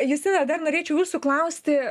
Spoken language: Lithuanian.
justina dar norėčiau jūsų klausti